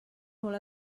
molt